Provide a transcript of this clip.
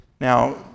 Now